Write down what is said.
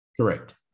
Correct